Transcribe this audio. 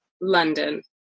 London